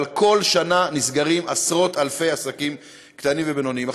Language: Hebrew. אבל בכל שנה נסגרים עשרות-אלפי עסקים קטנים ובינוניים.